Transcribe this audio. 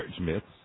myths